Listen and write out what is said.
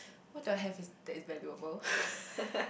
what do I have is that is valuable